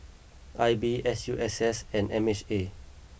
I B S U S S and M H A